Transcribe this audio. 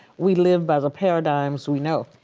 we live by the paradigms we know.